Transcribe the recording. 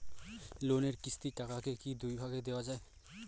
লোনের কিস্তির টাকাকে কি দুই ভাগে দেওয়া যায়?